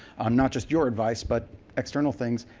um not just your advice, but external things,